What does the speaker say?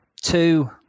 two